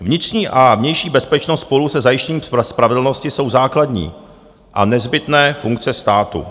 Vnitřní a vnější bezpečnost spolu se zajištěním spravedlnosti jsou základní a nezbytné funkce státu.